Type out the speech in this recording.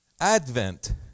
Advent